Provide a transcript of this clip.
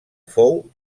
fou